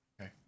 Okay